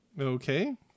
Okay